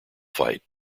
fight